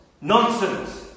Nonsense